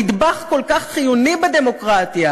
נדבך כל כך חיוני בדמוקרטיה,